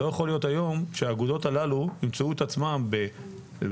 לא יכול להיות שהאגודות הללו ימצאו את עצמן בדצמבר,